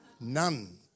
None